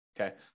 Okay